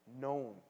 known